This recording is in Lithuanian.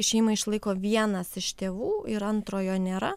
šeimą išlaiko vienas iš tėvų ir antrojo nėra